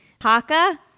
Haka